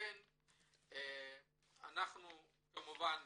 אנחנו כמובן